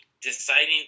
deciding